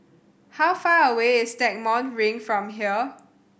how far away is Stagmont Ring from here